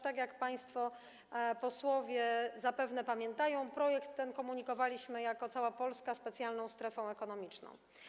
Tak jak państwo posłowie zapewne pamiętają, projekt ten przedstawialiśmy tak: cała Polska specjalną strefą ekonomiczną.